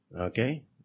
Okay